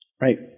right